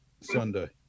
Sunday